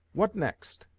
what next?